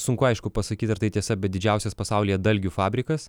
sunku aišku pasakyt ar tai tiesa bet didžiausias pasaulyje dalgių fabrikas